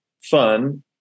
fun